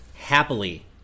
happily